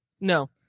No